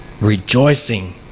rejoicing